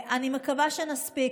אני מקווה שנספיק,